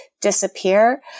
disappear